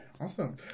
Awesome